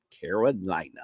Carolina